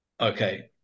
Okay